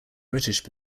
british